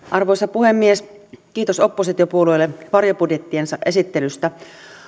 arvoisa puhemies kiitos oppositiopuolueille varjobudjettiensa esittelystä